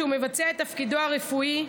כשהוא מבצע את תפקידו הרפואי ומותקף,